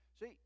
See